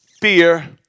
Fear